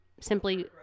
simply